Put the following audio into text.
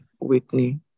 Whitney